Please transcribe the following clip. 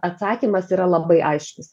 atsakymas yra labai aiškius